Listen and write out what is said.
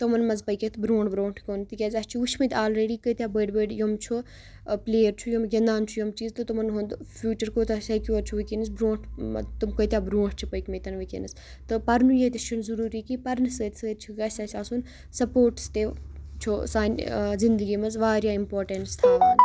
تِمَن منٛز پٔکِتھ برٛونٛٹھ برٛونٛٹھ کُن تِکیٛازِ اَسہِ چھِ وُچھۍمٕتۍ آلریڈی کۭتیاہ بٔڈۍ بٔڈۍ یِم چھُ پُلیر چھُ یِم گِنٛدان چھُ یِم چیٖز تہٕ تِمَن ہُنٛد فیٛوٗچَر کوٗتاہ سیٚکیٚور چھُ وُنکٮ۪نَس برٛونٛٹھ تِم کۭتیاہ برٛونٛٹھ چھِ پٔکۍ مٕتۍ وُنکٮ۪نَس تہٕ پَرنُے ییٚتہِ چھُ نہٕ ضروٗری کیٚنٛہہ پَرنہٕ سۭتۍ سۭتۍ چھِ گَژھِ اَسہِ آسُن سَپورٹٕس تہِ چھُ سانہِ زِنٛدگی منٛز واریاہ اِمپاٹَنٕس تھاوان